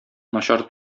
начар